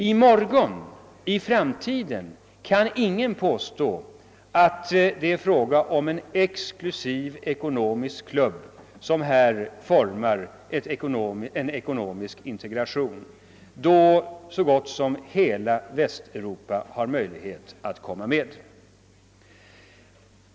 I morgon, i framtiden, kan ingen påstå att det är fråga om en exklusiv klubb som formar en ekonomisk integration, eftersom så gott som hela Västeuropa har möjlighet att vara med.